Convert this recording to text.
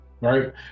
right